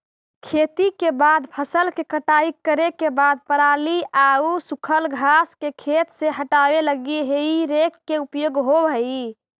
खेती के बाद फसल के कटाई करे के बाद पराली आउ सूखल घास के खेत से हटावे लगी हेइ रेक के उपयोग होवऽ हई